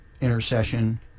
intercession